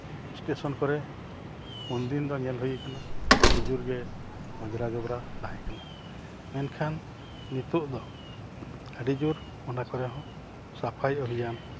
station ᱠᱚᱨᱮᱜ ᱩᱱ ᱫᱤᱱ ᱫᱚ ᱧᱮᱞ ᱦᱩᱭ ᱠᱟᱱᱟ ᱟᱹᱰᱤ ᱡᱳᱨ ᱜᱮ ᱚᱡᱽᱨᱟ ᱡᱚᱵᱽᱨᱟ ᱛᱟᱦᱮᱸ ᱠᱟᱱᱟ ᱢᱮᱱᱠᱷᱟᱱ ᱱᱤᱛᱚᱜ ᱫᱚ ᱟᱹᱰᱤ ᱡᱳᱨ ᱚᱱᱟ ᱠᱚᱨᱮᱜ ᱦᱚᱸ ᱥᱟᱯᱷᱟᱭ ᱚᱵᱷᱤᱡᱟᱱ